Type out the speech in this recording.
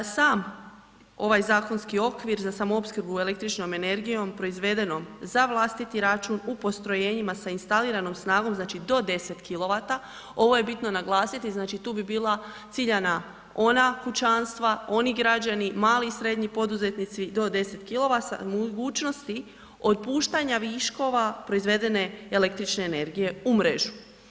Sam ovaj zakonski okvir za samoopskrbu električnom energijom proizvedenom za vlastiti račun u postrojenjima sa instaliranom snagom znači do 10 kW ovo je bitno naglasiti znači tu bi bila ciljana ona kućanstva, oni građani, mali i srednji poduzetnici do 10kW mogućnosti otpuštanja viškova proizvedene električne energije u mrežu.